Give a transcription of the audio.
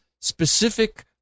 specific